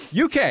uk